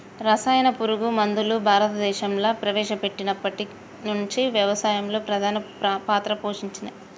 రసాయన పురుగు మందులు భారతదేశంలా ప్రవేశపెట్టినప్పటి నుంచి వ్యవసాయంలో ప్రధాన పాత్ర పోషించినయ్